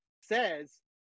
says